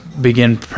begin